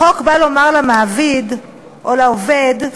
החוק בא לומר למעביד או לעובד: